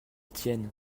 tienne